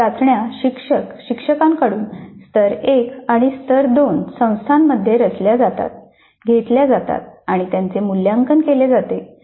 सर्व चाचण्या शिक्षक शिक्षकांकडून स्तर 1 आणि स्तर 2 संस्थांमध्ये रचल्या जातात घेतल्या जातात आणि त्यांचे मूल्यांकन केले जाते